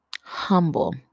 humble